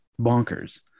bonkers